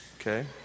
Okay